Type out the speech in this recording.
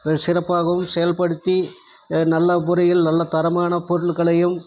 சிறப்பாகவும் செயல்படுத்தி நல்ல முறையில் நல்ல தரமான பொருள்களையும்